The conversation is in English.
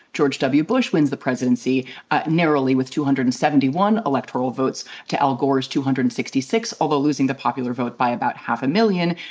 george w. bush wins the presidency narrowly with two hundred and seventy one electoral votes to al gore's two hundred and sixty six, although losing the popular vote by about half a million.